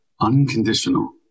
unconditional